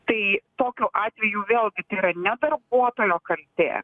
tai tokiu atveju vėlgi tai yra ne darbuotojo kaltė